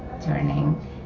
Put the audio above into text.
turning